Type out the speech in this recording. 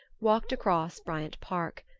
walked across bryant park.